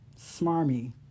smarmy